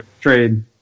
trade